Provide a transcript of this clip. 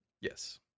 Yes